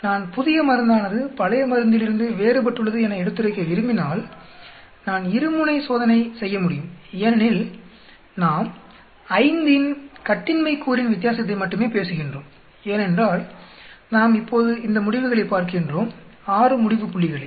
நான் புதிய மருந்தானது பழைய மருந்திலிருந்து வேறுபட்டுள்ளது என எடுத்துரைக்க விரும்பினால் நான் இருமுனை சோதனை செய்யமுடியும் ஏனெனில் நாம் 5இன் கட்டின்மை கூறின் வித்தியாசத்தை மட்டுமே பேசுகின்றோம் ஏனென்றால் நாம் இப்போது இந்த முடிவுகளைப் பார்க்கின்றோம் 6 முடிவு புள்ளிகளை